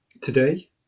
Today